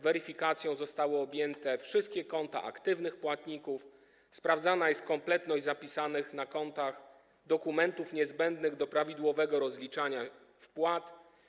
Weryfikacją zostały objęte wszystkie konta aktywnych płatników, sprawdzana jest kompletność zapisanych na kontach dokumentów niezbędnych do prawidłowego rozliczania wpłat.